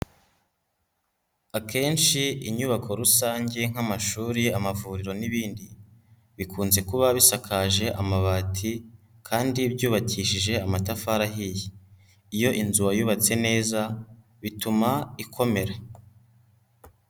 Akenshi inyubako rusange nk'amashuri, amavuriro n'ibindi bikunze kuba bisakaje amabati kandi byubakishije amatafari ahiye, iyo inzu wayubatse neza bituma ikomera.